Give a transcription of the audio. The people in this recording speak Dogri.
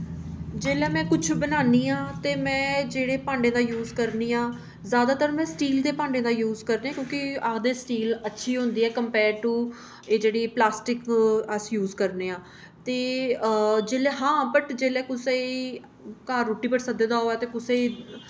जेल्लै में कुछ बनान्नी आं ते में जेह्ड़े भांडे दा यूज करनी आं जैदातर में स्टील दे भांडे दा यूज करनी क्यूंकि आखदे स्टील अच्छी होंदी ऐ कंपेयर टू एह् जेह्ड़ी प्लास्टिक अस यूज करने आं ते जेल्लै हां बट जेल्लै कुसै ई घर रुट्टी पर सद्दे दा होए ते कुसै